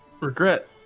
regret